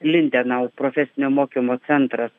lindenau profesinio mokymo centras